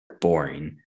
boring